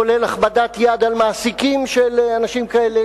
כולל הכבדת יד על מעסיקים של אנשים כאלה,